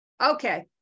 Okay